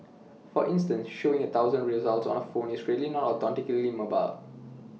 for instance showing A thousand results on A phone is really not authentically mobile